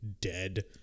dead